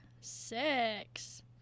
six